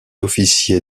officier